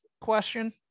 question